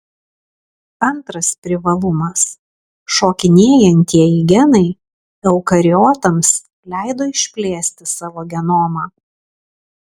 antras privalumas šokinėjantieji genai eukariotams leido išplėsti savo genomą